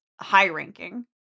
high-ranking